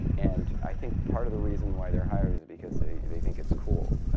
and i think part of the reason why they're hired is because they they think it's cool.